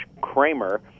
Kramer